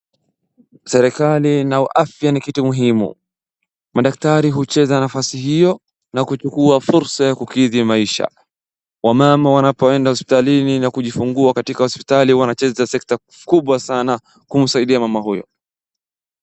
Serekali na afya ni kitu muhimu madaktari hucheza sehemu hiyo na kuchukua fursa ya kukidhi maisha. Wamama wanapoenda hospitalini na kujifungua katika hospitali wanacheza sekta kubwa sana kumsaidia mama huyo.